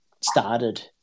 started